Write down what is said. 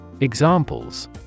Examples